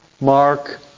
Mark